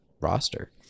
roster